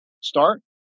start